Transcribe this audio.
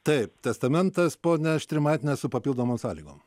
taip testamentas ponia strimatiene su papildomom sąlygom